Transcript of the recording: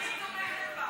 אני תומכת בך.